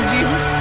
Jesus